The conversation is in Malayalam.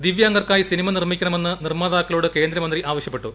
ദിവ്യാംഗർക്കായി സിനിമ നീർമ്മിക്കണമെന്ന് നിർമ്മാതാക്കളോട് കേന്ദ്രമന്ത്രി ആവശ്യപ്പെട്ടു